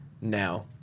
now